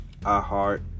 iHeart